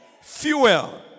Fuel